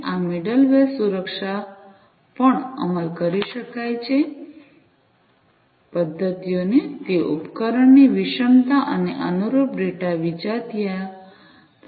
આ મિડલવેર સુરક્ષાપણ અમલ કરી શકે છે પદ્ધતિઓનો તે ઉપકરણની વિષમતા અને અનુરૂપ ડેટા વિજાતીયતાને પણ નિયંત્રિત કરી શકે છે